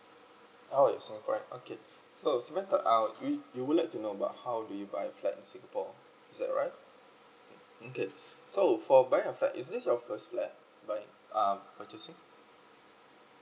alright singaporean okay so samantha uh you would like to know about how do we buy flat in singapore is that right okay so for buy a flat is this your first flat like uh purchasing